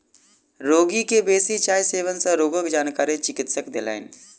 रोगी के बेसी चाय सेवन सँ रोगक जानकारी चिकित्सक देलैन